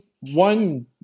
one